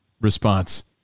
response